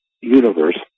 universe